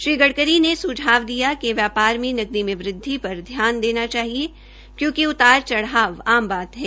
श्री गडकरी ने सुझाव दिया कि व्यापार में नकदी मे वृद्वि पर ध्यान देना चाहिए क्योंकि उतार चढ़ाव आम बात है